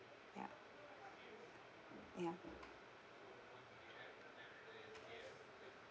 yup ya